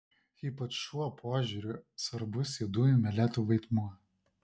ypač šuo požiūriu svarbus juodųjų meletų vaidmuo